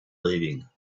leaving